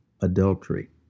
adultery